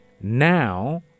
Now